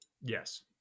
Yes